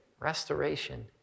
Restoration